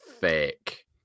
fake